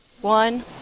one